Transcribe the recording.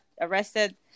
arrested